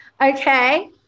okay